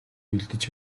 бэлдэж